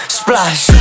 splash